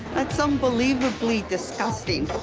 it's unbelievably disgusting.